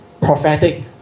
Prophetic